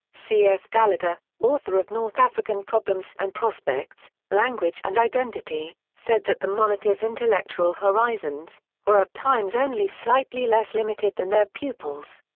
c. f. gallagher, author of north african problems and prospects language and identity, said that the monitors' intellectual horizons at times only slightly less limited than their pupils.